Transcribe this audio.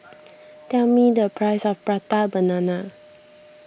tell me the price of Prata Banana